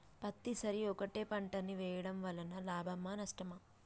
పత్తి సరి ఒకటే పంట ని వేయడం వలన లాభమా నష్టమా?